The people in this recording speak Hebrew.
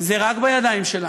זה רק בידיים שלנו.